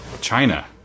China